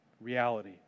reality